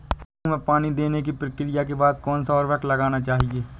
गेहूँ में पानी देने की प्रक्रिया के बाद कौन सा उर्वरक लगाना चाहिए?